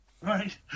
Right